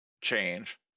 change